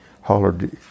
hollered